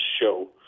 show